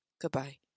goodbye